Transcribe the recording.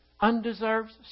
Undeserved